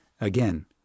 Again